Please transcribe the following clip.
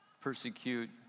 persecute